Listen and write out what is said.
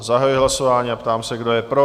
Zahajuji hlasování a ptám se, kdo je pro?